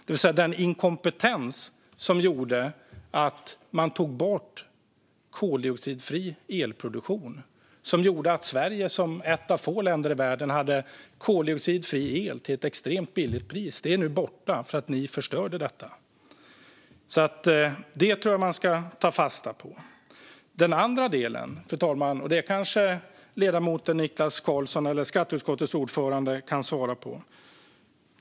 Det är en inkompetens som ledde till att man tog bort koldioxidfri elproduktion - den som gjorde att Sverige som ett av få länder i världen hade koldioxidfri el till ett extremt lågt pris. Detta är nu borta för att ni förstörde det. Det tror jag att man ska ta fasta på. Fru talman! Den andra delen kanske ledamoten Niklas Karlsson, skatteutskottets ordförande, kan svara på.